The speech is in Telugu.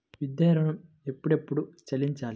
విద్యా ఋణం ఎప్పుడెప్పుడు చెల్లించాలి?